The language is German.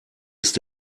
ist